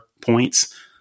points